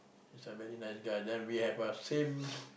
he's a very nice guy then we have the same